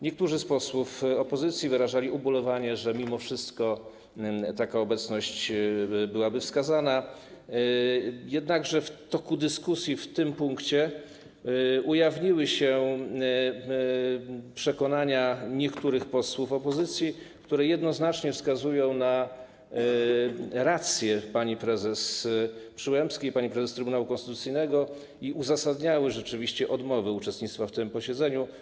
Niektórzy z posłów opozycji wyrażali ubolewanie, że mimo wszystko taka obecność byłaby wskazana, jednakże w toku dyskusji w tym punkcie ujawniły się przekonania niektórych posłów opozycji, które jednoznacznie wskazywały na rację pani prezes Przyłębskiej, pani prezes Trybunału Konstytucyjnego, rzeczywiście uzasadniały odnowę uczestnictwa w tym posiedzeniu.